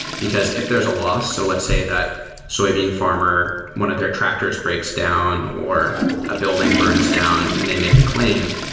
because if there is a loss so let's say that soybean farmer, one of their tractors breaks down, or a building burns down and they make a claim.